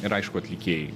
ir aišku atlikėjai